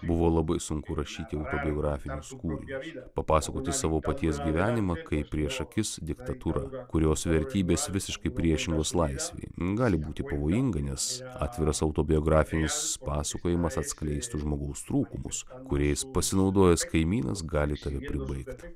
buvo labai sunku rašyti autobiografinius kūrinius papasakoti savo paties gyvenimą kai prieš akis diktatūra kurios vertybės visiškai priešingos laisvei gali būti pavojinga nes atviras autobiografinis pasakojimas atskleistų žmogaus trūkumus kuriais pasinaudojęs kaimynas gali tave pribaigt